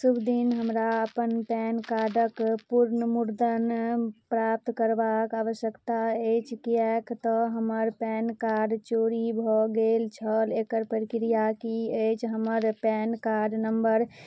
शुभ दिन हमरा अपन पैन कार्डक पूर्णमुर्दन प्राप्त करबाक आवश्यकता अछि किएक तऽ हमर पैन कार्ड चोरी भऽ गेल छल एकर प्रक्रिया की अछि हमर पैन कार्ड नम्बर